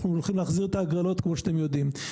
אנחנו הולכים להחזיר את ההגרלות כמו שאתם יודעים,